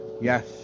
Yes